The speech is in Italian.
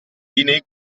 linee